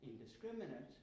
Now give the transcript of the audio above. indiscriminate